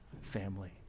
family